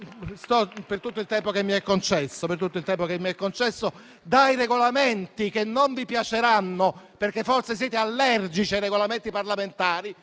per tutto il tempo che mi è concesso dai Regolamenti che non vi piaceranno, perché forse siete allergici ai Regolamenti parlamentari,